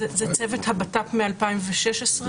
זה צוות הבט"פ מ-2016?